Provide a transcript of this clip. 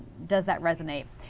does that resonate?